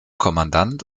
kommandant